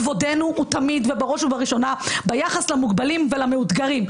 כבודנו הוא תמיד ובראש ובראשונה ביחס למוגבלים ולמאותגרים.